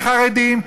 החרדים,